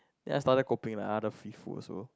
then I started koping the other free food also